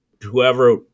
whoever